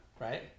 right